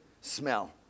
smell